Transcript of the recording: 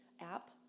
app